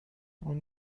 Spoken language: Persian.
اون